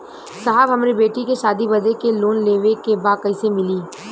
साहब हमरे बेटी के शादी बदे के लोन लेवे के बा कइसे मिलि?